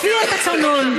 לפי התקנון.